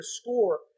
score